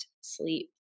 sleep